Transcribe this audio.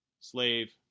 slave